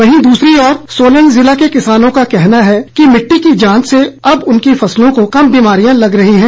वहीं दूसरी ओर सोलन जिला के किसानों का कहना है कि मिट्टी की जांच से अब उनकी फसलों को कम बीमारियां लग रही हैं